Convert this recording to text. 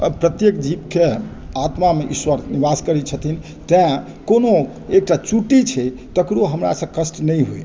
प्रत्येक जीवके आत्मामे ईश्वर निवास करै छथिन तेँ कोनो एकटा चुट्टी छै तकरो हमरासँ कष्ट नहि होइ